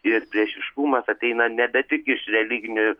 ir priešiškumas ateina ne be tik iš religinių